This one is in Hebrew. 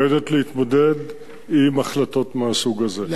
מיועדת להתמודד עם החלטות מהסוג הזה.